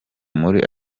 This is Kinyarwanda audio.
muri